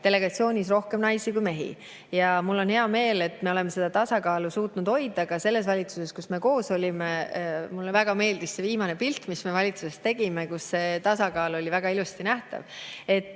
rohkem naisi kui mehi. Mul on hea meel, et me oleme seda tasakaalu suutnud hoida ka selles valitsuses, kus me koos oleme olnud. Mulle väga meeldis see viimane pilt, mis me valitsusest tegime, kus see tasakaal oli väga ilusasti nähtav. Te